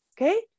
okay